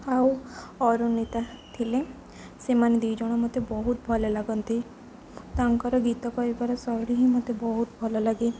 ଆଉ ଅରୁନିତା ଥିଲେ ସେମାନେ ଦୁଇଜଣ ମୋତେ ବହୁତ ଭଲ ଲାଗନ୍ତି ତାଙ୍କର ଗୀତ କରିବାର ଶୈଳୀ ହିଁ ମୋତେ ବହୁତ ଭଲ ଲାଗେ